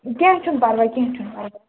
کیٚنٛہہ چھُنہٕ پَرواے کیٚنٛہہ چھُنہٕ پَرواے